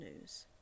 news